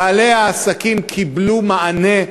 בעלי העסקים קיבלו מענה,